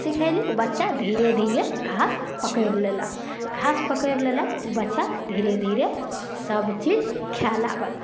सिखैली ओ बच्चा धीरे धीरे घास पकड़ि लेलक घास पकड़ि लेलक ओ बच्चा धीरे धीरे सबचीज खाइ लागल